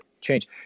change